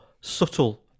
subtle